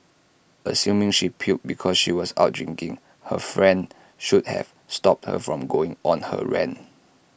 assuming she puked because she was out drinking her friend should have stopped her from going on her rant